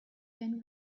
been